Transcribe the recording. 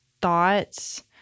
thoughts